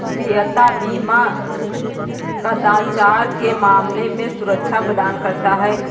देयता बीमा कदाचार के मामले में सुरक्षा प्रदान करता है